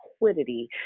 liquidity